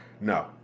no